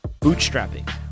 bootstrapping